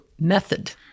method